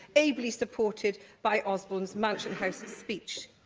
ably supported by osborne's mansion house speech.